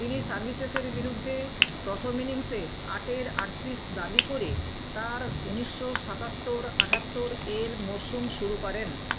তিনি সার্ভিসেসের বিরুদ্ধে প্রথম ইনিংসে আটের আটত্রিশ দাবি করে তার উনিশশো সাতাত্তর আটাত্তর এর মরসুম শুরু করেন